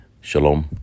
Shalom